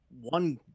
one